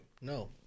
No